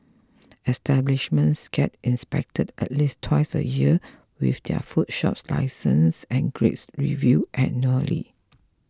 establishments get inspected at least twice a year with their food shop licences and grades reviewed annually